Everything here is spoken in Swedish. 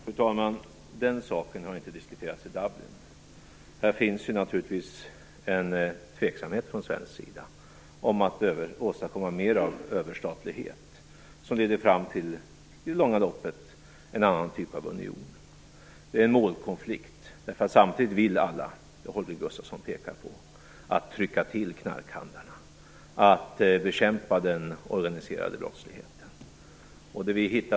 Fru talman! Den saken har inte diskuterats i Dublin. Det finns naturligtvis en tveksamhet från svensk sida i fråga om att åstadkomma mer av överstatlighet som i det långa loppet leder fram till en annan typ av union. Det är en målkonflikt. Samtidigt vill ju alla det som Holger Gustafsson pekar på - trycka till knarkhandlarna och bekämpa den organiserade brottsligheten.